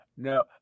No